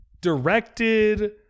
directed